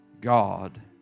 God